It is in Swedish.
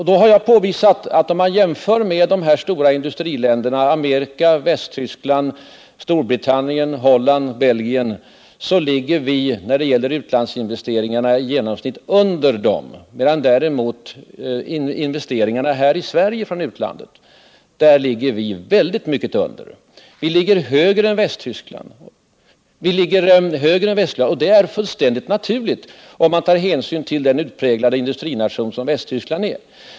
Jag har påvisat, att om man jämför med industriländerna USA, Västtyskland, Storbritannien, Holland och Belgien, finner man att Sverige när det gäller utlandsinvesteringarna i genomsnitt ligger under dessa länders nivå, medan Sverige ligger väldigt mycket lägre om man ser på de utländska investeringarna i vårt land. Sverige ligger högre än Västtyskland, och det är fullständigt naturligt, om man tar hänsyn till att Västtyskland är en utpräglad industrination med mycket stor hemmamarknad.